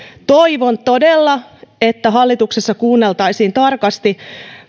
toivon todella että hallituksessa kuunneltaisiin tarkasti